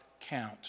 count